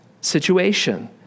situation